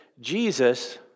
Jesus